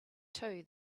too